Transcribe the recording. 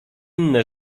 inne